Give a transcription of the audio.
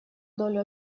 долю